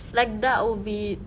like that would be